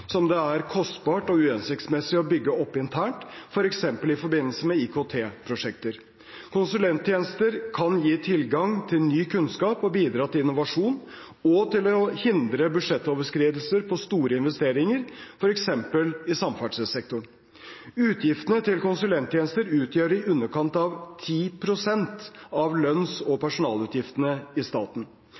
som det er kostbart og uhensiktsmessig å bygge opp internt, f.eks. i forbindelse med IKT-prosjekter. Konsulenttjenester kan gi tilgang til ny kunnskap og bidra til innovasjon og til å hindre budsjettoverskridelser på store investeringer, f.eks. i samferdselssektoren. Utgiftene til konsulenttjenester utgjør i underkant av 10 pst. av lønns- og personalutgiftene i staten.